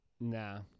Nah